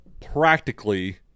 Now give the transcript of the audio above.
practically